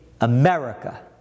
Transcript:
America